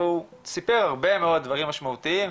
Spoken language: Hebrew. והוא סיפר הרבה מאוד דברים משמעותיים.